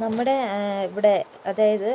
നമ്മുടെ ഇവിടെ അതായത്